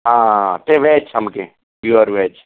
आं तें वॅज सामकें पियॉर वॅज